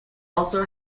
also